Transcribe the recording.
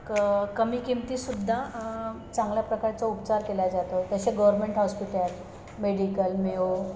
क कमी किमतीसुद्धा चांगल्या प्रकारचा उपचार केला जातो जसे गवरर्मेंट हॉस्पिटल मेडिकल मेओ